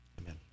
Amen